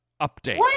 update